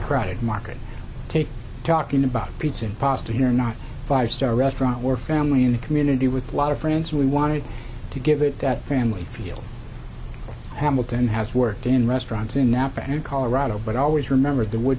crowded market take talking about pizza and pasta here not a five star restaurant worker family in the community with lot of friends we wanted to give it that family feel hamilton has worked in restaurants in napa and colorado but always remember the wood